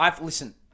Listen